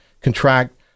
contract